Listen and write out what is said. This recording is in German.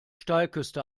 steilküste